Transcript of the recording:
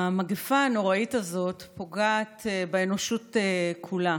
המגפה הנוראית הזאת פוגעת באנושות כולה.